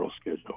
schedule